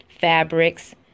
fabrics